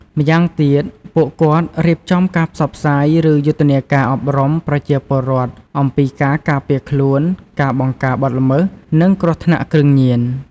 ម្យ៉ាងទៀត ពួកគាត់រៀបចំការផ្សព្វផ្សាយ ឬយុទ្ធនាការអប់រំប្រជាពលរដ្ឋអំពីការការពារខ្លួន ការបង្ការបទល្មើស និងគ្រោះថ្នាក់គ្រឿងញៀន។